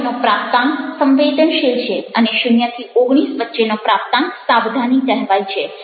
ત્યાર પછીનો પ્રાપ્તાંક સંવેદનશીલ છે અને 0 19 વચ્ચેનો પ્રાપ્તાંક સાવધાની કહેવાય છે